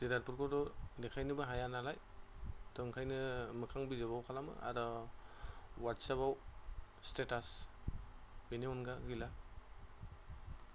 जिरादफोरखौथ' देखायनोबो हाया नालाय थ' ओंखायनो मोखां बिजाबाव खालामो आरो व्हात्सेपआव स्टेटास बेनि अनगा गैला